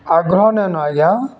ଆଗ୍ରହ ନାଇନ ଆଜ୍ଞା